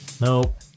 nope